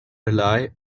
rely